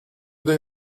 they